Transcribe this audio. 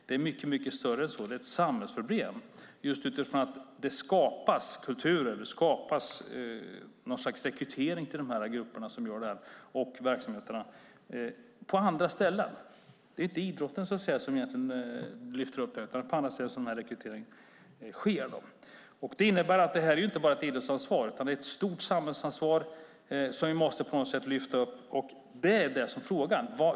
Det är mycket större än så; det är ett samhällsproblem, just utifrån att det skapas kulturer och något slags rekrytering till de här grupperna och verksamheterna på andra ställen. Det är inte idrotten som lyfter upp det, utan det är på andra ställen som rekryteringen sker. Det innebär att detta inte bara är ett idrottsansvar, utan det är ett stort samhällsansvar som vi på något sätt måste lyfta upp. Det är det som är frågan.